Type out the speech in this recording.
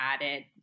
added